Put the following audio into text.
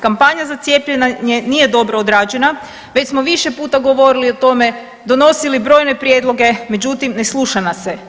Kampanja za cijepljenje nije dobro odrađena, već smo više puta govorili o tome, donosili brojne prijedloge međutim, ne sluša nas se.